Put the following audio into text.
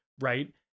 right